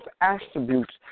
attributes